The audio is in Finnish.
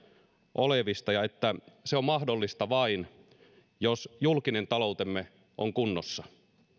olevista ja että se on mahdollista vain jos julkinen taloutemme on kunnossa